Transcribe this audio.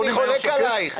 אני חולק עלייך,